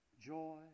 joy